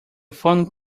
phone